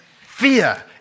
fear